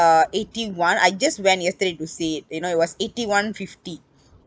uh eighty one I just went yesterday to see it you know it was eighty one fifty